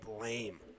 lame